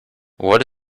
what